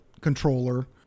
controller